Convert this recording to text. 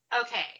okay